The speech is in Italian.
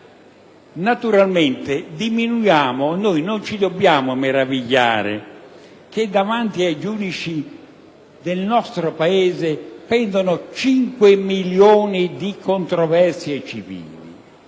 Naturalmente, non ci si deve meravigliare che davanti ai giudici del nostro Paese pendano 5 milioni di controversie civili: